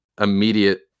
immediate